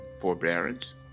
forbearance